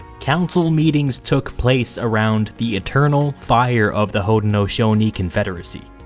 council meetings took place around the eternal fire of the haudenosaunee confederacy.